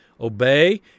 obey